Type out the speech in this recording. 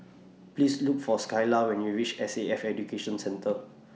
Please Look For Skyla when YOU REACH S A F Education Centre